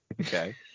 Okay